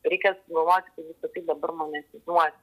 reikia sugalvoti visa tai dabar monetizuoti